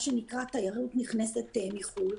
מה שנקרא תיירות נכנסת מחו"ל.